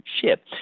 ship